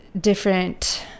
different